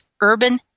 urban